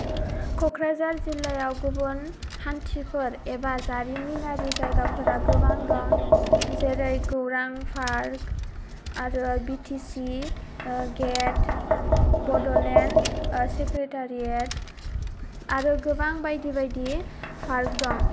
क'क्राझार जिल्लायाव गुबुन हान्थिफोर एबा जारिमिनारि जायगाफोरा गोबां दं जेरै गौरां पार्क आरो B T C gate Bodoland secretariat आरो गोबां बायदि बायिदि पार्क दं